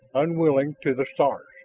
unwilling, to the stars.